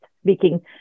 speaking